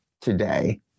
today